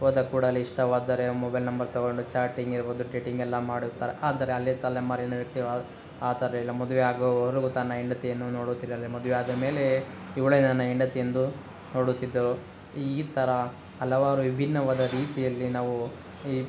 ಹೋದ ಕೂಡಲೇ ಇಷ್ಟವಾದರೆ ಮೊಬೈಲ್ ನಂಬರ್ ತಗೊಂಡು ಚಾಟಿಂಗ್ ಇರ್ಬೋದು ಡೇಟಿಂಗ್ ಎಲ್ಲ ಮಾಡುತ್ತಾರೆ ಆದರೆ ಹಳೆ ತಲೆಮಾರಿನ ವ್ಯಕ್ತಿಗಳು ಆ ಥರ ಇಲ್ಲ ಮದುವೆ ಆಗೋವರೆಗೂ ತನ್ನ ಹೆಂಡತಿಯನ್ನು ನೋಡುತ್ತಿರಲಿ ಮದುವೆ ಆದ ಮೇಲೇ ಇವಳೇ ನನ್ನ ಹೆಂಡತಿ ಎಂದು ನೋಡುತ್ತಿದ್ದರು ಈ ಥರ ಹಲವಾರು ವಿಭಿನ್ನವಾದ ರೀತಿಯಲ್ಲಿ ನಾವು ಈ